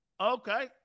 Okay